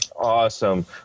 Awesome